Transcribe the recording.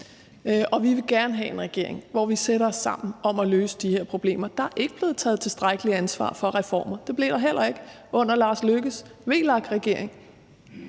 Og vi vil gerne have en regering, hvor vi sætter os sammen om at løse de her problemer. Der er ikke blevet taget tilstrækkeligt ansvar for reformer, og det blev der heller ikke under Lars Løkke Rasmussens VLAK-regering.